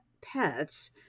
pets